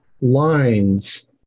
lines